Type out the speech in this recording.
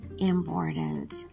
important